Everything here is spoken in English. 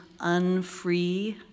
unfree